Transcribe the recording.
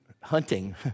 hunting